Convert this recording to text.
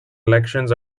elections